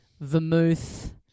vermouth